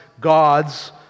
God's